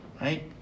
right